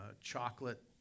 chocolate